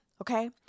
okay